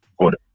good